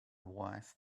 wife